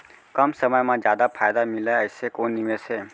कम समय मा जादा फायदा मिलए ऐसे कोन निवेश हे?